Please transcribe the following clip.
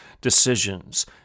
decisions